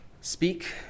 speak